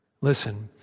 Listen